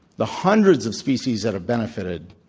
the hundreds of species that have benefited,